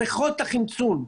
בריכות החמצון.